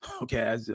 Okay